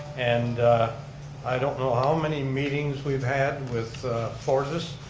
and i don't know how many meetings we've had with fortis,